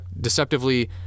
deceptively